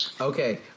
Okay